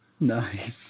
Nice